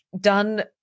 done